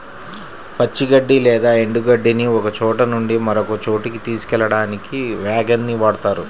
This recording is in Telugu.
పచ్చి గడ్డి లేదా ఎండు గడ్డిని ఒకచోట నుంచి మరొక చోటుకి తీసుకెళ్ళడానికి వ్యాగన్ ని వాడుతారు